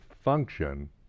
function